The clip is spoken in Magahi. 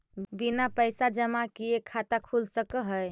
बिना पैसा जमा किए खाता खुल सक है?